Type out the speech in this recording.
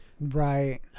Right